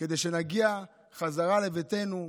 כדי שנגיע חזרה לבתינו,